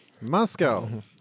Moscow